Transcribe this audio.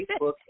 Facebook